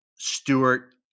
Stewart